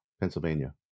Pennsylvania